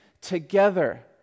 together